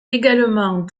également